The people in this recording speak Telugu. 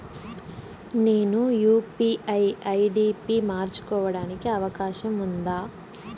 నేను యు.పి.ఐ ఐ.డి పి మార్చుకోవడానికి అవకాశం ఉందా?